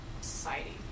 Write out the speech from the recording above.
society